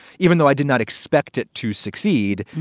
even though i did not expect it to succeed.